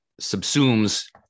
subsumes